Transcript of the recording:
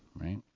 Right